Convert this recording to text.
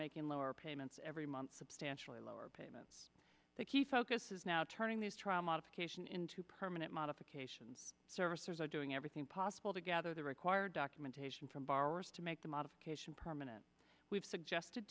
making lower payments every month substantially lower payments the key focus is now turning these trial modification into permanent modifications servicers are doing everything possible to gather the required documentation from borrowers to make the modification permanent we've suggested